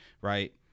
Right